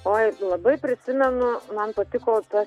oi labai prisimenu man patiko ta